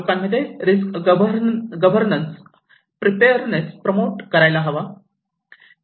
लोकांमध्ये risk governance preparedness promote करायला हवा